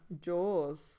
Jaws